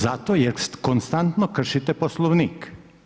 Zato jer konstantno kršite Poslovnik.